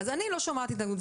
אז אני לא שומעת התנגדות,